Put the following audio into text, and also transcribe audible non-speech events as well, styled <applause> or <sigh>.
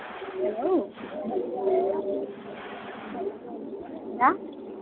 <unintelligible>